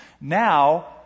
Now